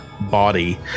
body